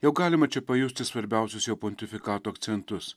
jau galima čia pajusti svarbiausius jo pontifikato akcentus